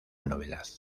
novedad